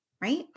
right